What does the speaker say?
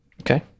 okay